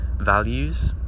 values